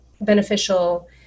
beneficial